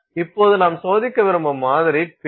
இப்போது நாம் சோதிக்க விரும்பும் மாதிரி பின்